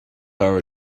her